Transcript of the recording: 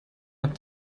habe